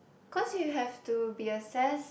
cause you have to be assessed